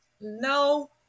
No